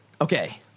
Okay